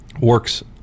works